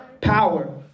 Power